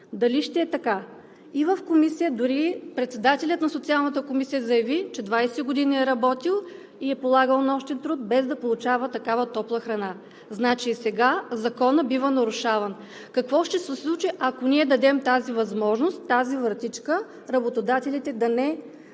Дали ще е така? И в Комисията дори председателят на Социалната комисия заяви, че 20 години е работил и е полагал нощен труд, без да получава такава топла храна. Значи и сега Законът бива нарушаван. Какво ще се случи, ако ние дадем тази възможност, тази вратичка работодателите да не